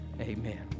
amen